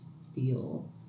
steel